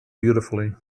beautifully